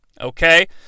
Okay